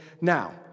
Now